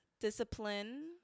discipline